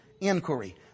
inquiry